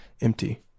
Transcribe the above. empty